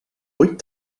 vuit